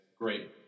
Great